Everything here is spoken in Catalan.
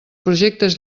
projectes